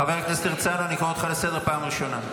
חבר הכנסת הרצנו, אני קורא אותך לסדר פעם ראשונה.